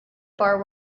bar